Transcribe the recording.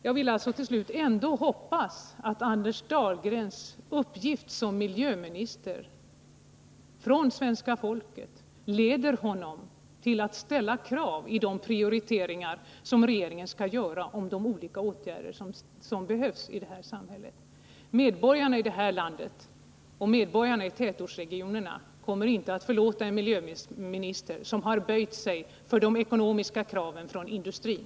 Jag vill till slut ändå hoppas att den uppgift som Anders Dahlgren som miljöminister fått av svenska folket leder honom till att ställa krav vid de prioriteringar som regeringen skall göra i fråga om olika åtgärder som behövs i vårt samhälle. Medborgarna i vårt land, främst i tätortsregionerna, kommer inte att förlåta en miljöminister som har böjt sig för de ekonomiska kraven från industrin.